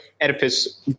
Oedipus